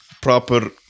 proper